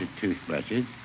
toothbrushes